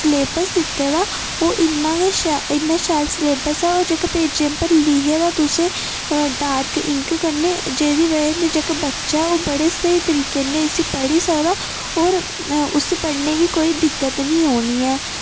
syllabus दित्ते दा ओह् इन्न गै शैल इन्ना गै शैल सलेबस ऐ ओह् जेह्का पेजें पर लिखे दा तुसें डार्क इंक कन्नै जेह्दी बजह कन्नै जेह्का बच्चा ऐ ओह् बड़ी स्हेई तरीके कन्नै इसी पढ़ी सकदा होर उसी पढ़ने च कोई दिक्कत नेई औनी ऐ